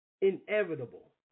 inevitable